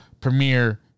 Premiere